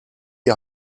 die